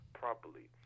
properly